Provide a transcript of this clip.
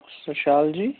sociology